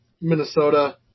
Minnesota